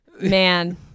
Man